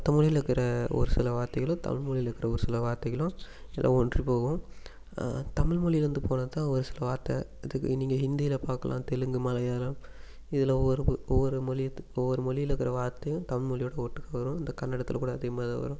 மற்ற மொழியில இருக்கிற ஒரு சில வார்த்தைகளும் தமிழ்மொழியில இருக்கிற ஒரு சில வார்த்தைகளும் எல்லாம் ஒன்றிப் போகும் தமிழ்மொழிலயிருந்து போனது தான் ஒரு சில வார்த்தை இதுக்கு நீங்கள் ஹிந்தியில பார்க்கலாம் தெலுங்கு மலையாளம் இதுல ஒரு பு ஒவ்வொரு மொழிலத்து ஒவ்வொரு மொழியில இருக்கிற வார்த்தையும் தமிழ் மொழியோட ஒட்டுக்கு வரும் இந்த கன்னடத்தில் கூட அதே மாதிரிதான் வரும்